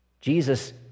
Jesus